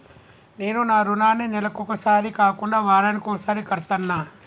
నేను నా రుణాన్ని నెలకొకసారి కాకుండా వారానికోసారి కడ్తన్నా